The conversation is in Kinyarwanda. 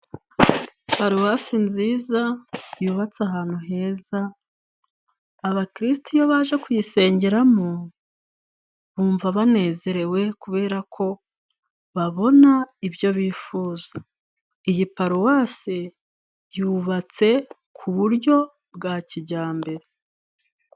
Paruwasi nziza yubatse ahantu heza. Abakirisitu iyo baje kuyisengeramo bumva banezerewe, kubera ko babona ibyo bifuza. Iyi paruwasi yubatse ku buryo bwa kijyambere.